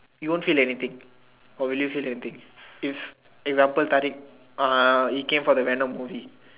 you won't feel anything or will you feel anything if example Tarikh uh he came from the venom movie